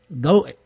Go